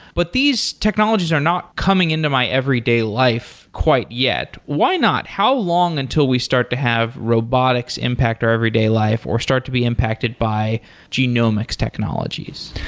but these technologies are not coming into my everyday life quite yet. why not? how long until we start to have robotics impact our everyday life or start to be impacted by genomics technologies?